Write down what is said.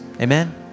amen